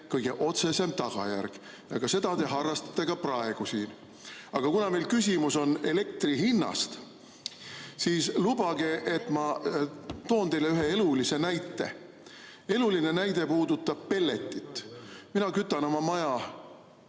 kõige otsesem tagajärg. Ja seda te harrastate ka praegu siin. Aga kuna meil küsimus on elektri hinna kohta, siis lubage, et ma toon teile ühe elulise näite. Eluline näide puudutab pelletit. Mina kütan oma maja